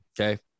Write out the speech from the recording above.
okay